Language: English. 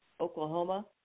Oklahoma